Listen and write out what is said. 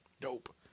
dope